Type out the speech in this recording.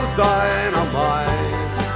dynamite